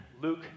Luke